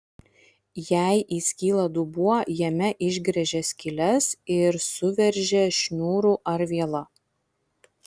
jei įskyla dubuo jame išgręžia skyles ir suveržia šniūru ar viela